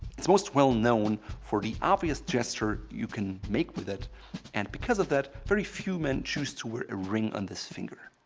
it's most well known for the obvious gesture you can make with it and because of that, very few men choose to wear a ring on this finger.